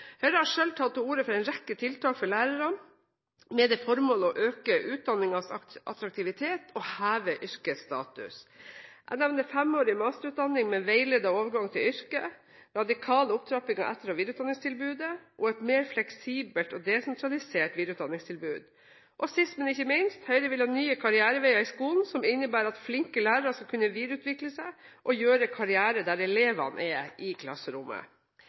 Høyre har selv tatt til orde for en rekke tiltak for lærerne, med det formål å øke utdanningens attraktivitet og heve yrkets status. Jeg nevner femårig masterutdanning med veiledet overgang til yrket, radikal opptrapping av etter- og videreutdanningstilbudet, et mer fleksibelt og desentralisert videreutdanningstilbud og sist, men ikke minst: Høyre vil ha nye karriereveier i skolen som innebærer at flinke lærere skal kunne videreutvikle seg og gjøre karriere der elevene er – i klasserommet.